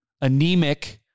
anemic